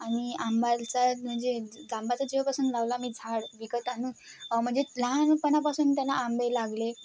आणि आंबालचा म्हणजे आंब्याचं जेव्हापासून लावला मी झाड विकत आणून म्हणजे लहानपणापासून त्यांना आंबे लागले